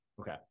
Okay